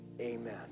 amen